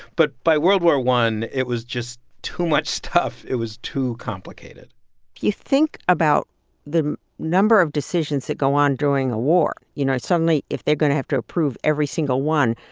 but by world war one, it was just too much stuff. it was too complicated you think about the number of decisions that go on during a war. you know, suddenly, if they're going to have to approve every single one,